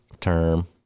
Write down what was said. term